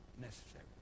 necessary